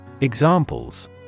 Examples